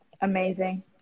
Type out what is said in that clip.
Amazing